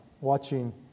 watching